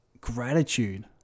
gratitude